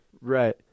Right